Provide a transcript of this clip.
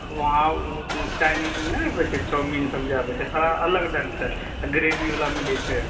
वहाँ ओ चाइनीज ने होइ छै चाऊमीन सब जे आबै छै थोड़ा अलग ढङ्ग से ग्रेभी बला मिलै छै